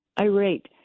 irate